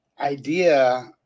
idea